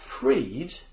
freed